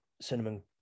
Cinnamon